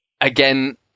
again